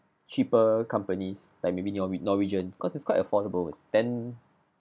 cheaper companies like maybe norwe~ norwegian cause it's quite affordable it's ten